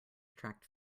attract